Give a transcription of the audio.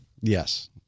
Yes